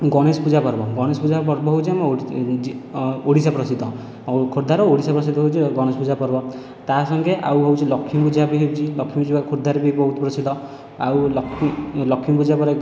ଗଣେଶ ପୂଜା ପର୍ବ ଗଣେଶ ପୂଜା ପର୍ବ ହେଉଛି ଆମ ଓଡ଼ିଶା ପ୍ରସିଦ୍ଧ ଆଉ ଖୋର୍ଦ୍ଧାର ଓଡ଼ିଶା ପ୍ରସିଦ୍ଧ ହେଉଛି ଗଣେଶ ପୂଜା ପର୍ବ ତା' ସଙ୍ଗେ ଆଉ ହେଉଛି ଲକ୍ଷ୍ମୀ ପୂଜା ବି ହେଉଛି ଲକ୍ଷ୍ମୀ ପୂଜା ଖୋର୍ଦ୍ଧାରେ ବି ବହୁତ ପ୍ରସିଦ୍ଧ ଆଉ ଲକ୍ଷ୍ମୀ ଲକ୍ଷ୍ମୀ ପୂଜା ପରେ